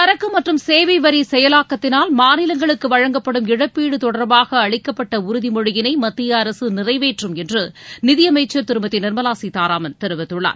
சரக்கு மற்றும் சேவை வரி செயலாக்கத்தினால் மாநிலங்களுக்கு வழங்கப்படும் இழப்பீடு தொடர்பாக அளிக்கப்பட்ட உறுதிமொழியினை மத்திய அரசு நிறைவேற்றும் என்று நிதியயைமச்சர் திருமதி நிர்மலா சீதாராமன் தெரிவித்துள்ளார்